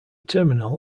terminal